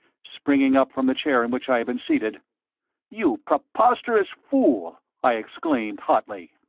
springing up from the chair in which i had been seated you preposterous fool! i exclaimed, hotly.